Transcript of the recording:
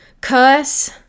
Cuss